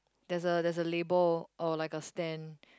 there's a there's a label or like a stand